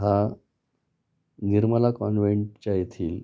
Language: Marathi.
हा निर्मला कॉन्व्हेंटच्या येथील